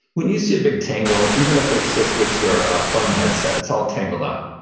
when you see a big tangle, even if it's just with your phone headset, it's all tangled up,